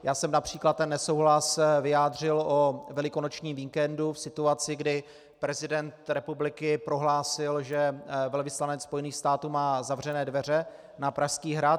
Já jsem například ten nesouhlas vyjádřil o velikonočním víkendu v situaci, kdy prezident republiky prohlásil, že velvyslanec Spojených států má zavřené dveře na Pražský hrad.